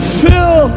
fill